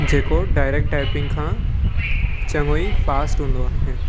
जेको direct typing खां चङो ई फास्ट हूंदो आहे